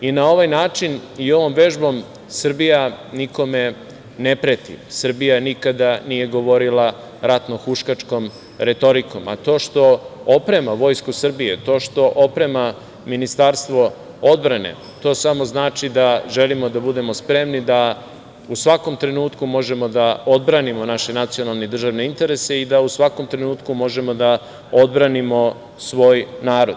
Na ovaj način i ovom vežbom Srbija nikome ne preti, Srbija nikada nije govorila ratnohuškačkom retorikom, a to što oprema Vojsku Srbije, to što oprema Ministarstvo odbrane, to samo znači da želimo da budemo spremni da u svakom trenutku možemo da odbranimo naše nacionalne i državne interese i da u svakom trenutku možemo da odbranimo svoj narod.